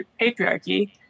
patriarchy